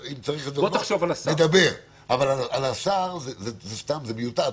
אבל על השר, זה מיותר.